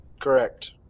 Correct